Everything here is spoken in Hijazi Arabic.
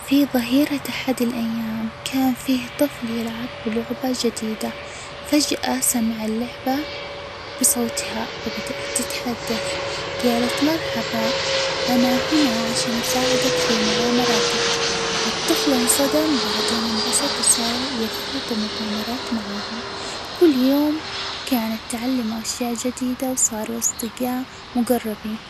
في ظهيرة أحد الأيام كان في طفل يلعب بلعبة جديدة، فجأه سمع اللعبة بصوتها تتحدث، جالت مرحباً أنا هنا عشان أساعدك في مغامراتك ، فالطفل انصدم، بعدين إنبسط، و صار يخوض بمغامرات معاها ، كل يوم كانت تعلمه أشياء جديدة، و صاروا أصدجاء مجربين.